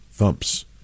Thumps